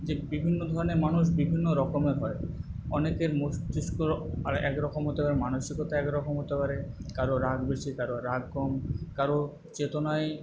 যে বিভিন্ন ধরণের মানুষ বিভিন্ন রকমের হয় অনেকের মস্তিষ্ক একরকম হতে পারে মানসিকতা একরকম হতে পারে কারও রাগ বেশি কারও রাগ কম কারও চেতনায়